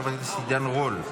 של חבר הכנסת עידן רול,